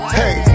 hey